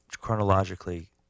chronologically